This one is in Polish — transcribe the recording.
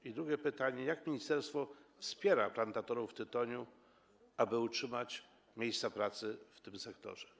I drugie pytanie: Jak ministerstwo wspiera plantatorów tytoniu, aby utrzymać miejsca pracy w tym sektorze?